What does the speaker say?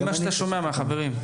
ממה שאתה שומע מהחברים.